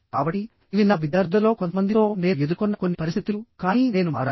కాబట్టి ఇవి నా విద్యార్థులలో కొంతమందితో నేను ఎదుర్కొన్న కొన్ని పరిస్థితులు కానీ నేను మారాను